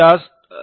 rice switch